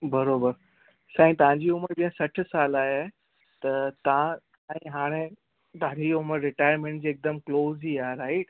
बराबरि साईं तव्हांजी उमिरि जीअं सठि साल आहे त तव्हां साईं हाणे तव्हांजी उमिरि रिटायरमेंट जे हिकदमि क्लोज़ ई आहे राईट